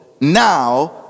now